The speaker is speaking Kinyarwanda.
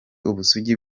ubusugi